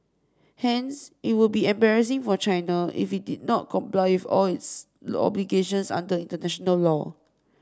hence it would be embarrassing for China if it did not comply off all its obligations under international law